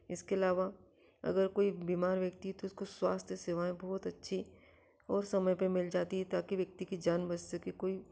इसके अलावा अगर कोई बीमार व्यक्ति है तो उसको स्वास्थ्य सेवाएँ बहुत अच्छी और समय पर मिल जाती हैं ताकि व्यक्ति की जान बच सके कोई